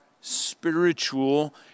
spiritual